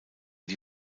die